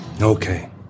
Okay